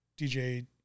DJ